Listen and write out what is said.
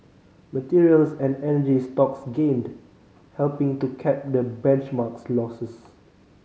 materials and energy stocks gained helping to cap the benchmark's losses